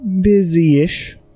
busy-ish